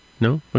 No